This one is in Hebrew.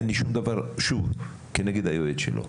אין לי שום דבר, שוב, כנגד היועץ שלו.